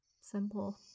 simple